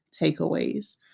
takeaways